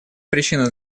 причина